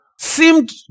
seemed